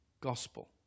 gospel